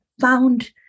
found